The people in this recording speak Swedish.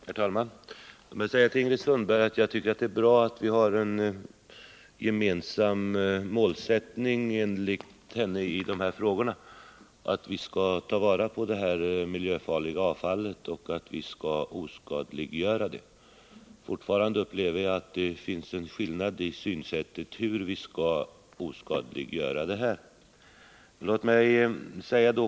Herr talman! Låt mig säga till Ingrid Sundberg att det är bra att vi, enligt henne, har en gemensam målsättning i dessa frågor: att vi skall ta vara på det miljöfarliga avfallet och oskadliggöra det. Jag upplever dock fortfarande att det finns en skillnad i vår syn på hur vi skall oskadliggöra det.